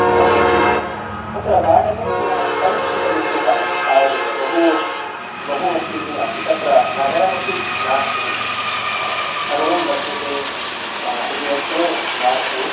गृहं लभ्यते तत्र बाटकं पञ्चशतरूप्यकाणि तावदेव बहु बहु अस्ति इति नास्ति तत्र नगरमपि नास्ति सर्वं लभ्यते इति वत्तु नास्ति